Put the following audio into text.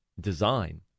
design